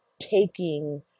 taking